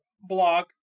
blog